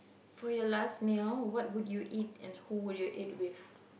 for your last meal what would you eat and who would you eat with